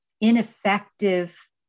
ineffective